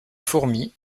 fourmis